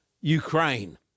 Ukraine